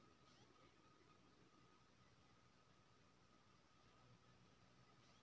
कर देश भरि केर वस्तु आओर सामान पर लगाओल जाइत छै